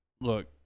look